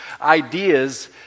ideas